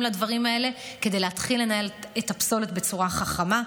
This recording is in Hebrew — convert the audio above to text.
לדברים האלה כדי להתחיל לנהל את הפסולת בצורה חכמה.